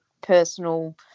personal